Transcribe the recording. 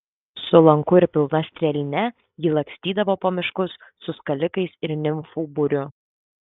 su lanku ir pilna strėline ji lakstydavo po miškus su skalikais ir nimfų būriu